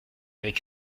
avec